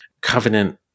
Covenant